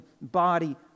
body